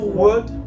word